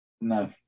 no